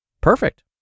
Perfect